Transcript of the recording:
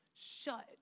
shut